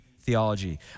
theology